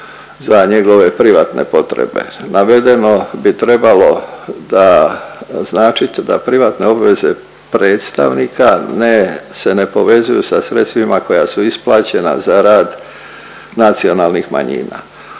za njegove privatne potrebe. Navedeno bi trebalo da, značit da privatne obveze predstavnika ne, se ne povezuju sa sredstvima koja su isplaćena za rad nacionalnih manjina.